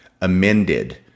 amended